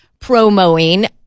promoing